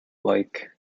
like